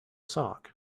sock